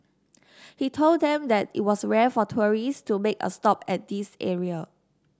he told them that it was rare for tourists to make a stop at this area